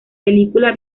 película